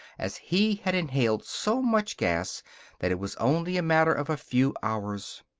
as he had inhaled so much gas that it was only a matter of a few hours.